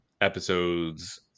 episodes